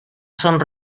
son